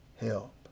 Help